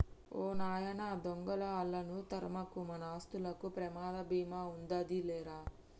ఓ నాయన దొంగలా ఆళ్ళను తరమకు, మన ఆస్తులకు ప్రమాద భీమా ఉందాది లేరా